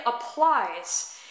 applies